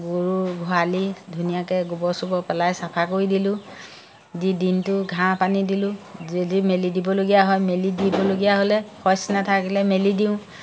গৰু গোহালি ধুনীয়াকৈ গোবৰ চোবৰ পেলাই চাফা কৰি দিলোঁ দি দিনটো ঘাঁহ পানী দিলোঁ যদি মেলি দিবলগীয়া হয় মেলি দিবলগীয়া হ'লে শইচ নাথাকিলে মেলি দিওঁ